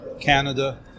Canada